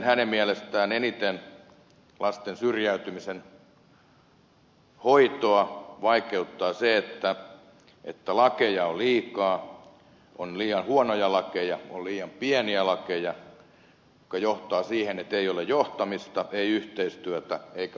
hänen mielestään eniten lasten syrjäytymisen hoitoa vaikeuttaa se että lakeja on liikaa on liian huonoja lakeja on liian pieniä lakeja mikä johtaa siihen että ei ole johtamista ei yhteistyötä eikä asiakasnäkökulmaa